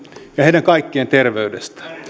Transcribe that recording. ja heidän kaikkien terveydestään